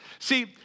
See